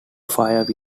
fire